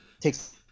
takes